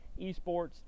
esports